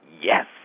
Yes